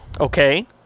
Okay